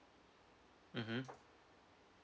mmhmm